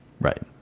Right